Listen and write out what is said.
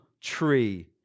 tree